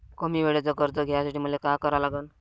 कमी वेळेचं कर्ज घ्यासाठी मले का करा लागन?